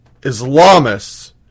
Islamists